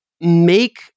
make